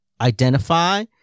identify